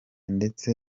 ndetse